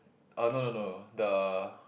uh no no no the